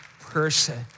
person